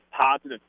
positive